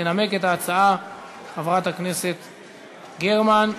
תנמק את ההצעה חברת הכנסת גרמן.